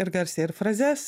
ir garsiai ir frazes